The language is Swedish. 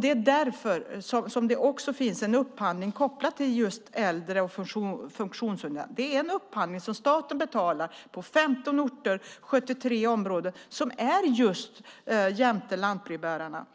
Det är därför det också finns en upphandling kopplad till just äldre och funktionshindrade. Det är en upphandling som staten betalar på 15 orter och 73 områden som är just jämte lantbrevbärarna.